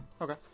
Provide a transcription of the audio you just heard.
Okay